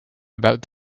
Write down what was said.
about